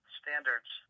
standards